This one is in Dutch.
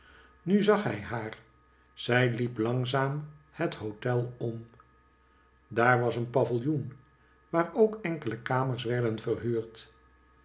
nu zag hij haar zij hep langzaam het hotel om daar was een pavillioen waar ook enkele kamers werden verhuurd